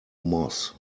moss